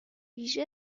ویژه